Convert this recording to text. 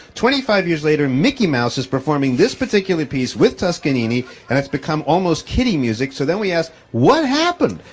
twenty-five years later mickey mouse is performing this particular piece with toscanini and it has become almost kiddie music. so then we ask, what happened?